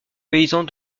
paysans